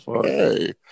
hey